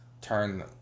turn